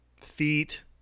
feet